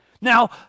Now